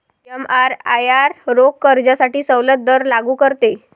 एमआरआयआर रोख कर्जासाठी सवलत दर लागू करते